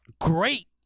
great